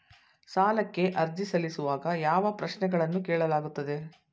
ಸಾಲಕ್ಕೆ ಅರ್ಜಿ ಸಲ್ಲಿಸುವಾಗ ಯಾವ ಪ್ರಶ್ನೆಗಳನ್ನು ಕೇಳಲಾಗುತ್ತದೆ?